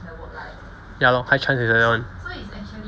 ya lor high chance it's like that [one]